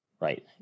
Right